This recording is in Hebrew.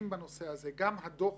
בנושא הזה וכך גם הביקורות